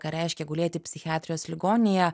ką reiškia gulėti psichiatrijos ligoninėje